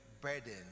burden